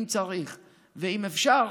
אם צריך ואם אפשר,